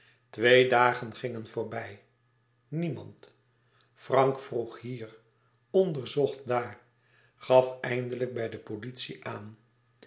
twee dagen gingen voorbij niemand frank vroeg hier onderzocht daar gaf eindelijk bij de politie aan